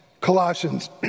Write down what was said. Colossians